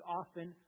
often